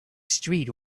street